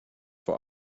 vor